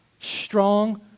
strong